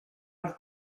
per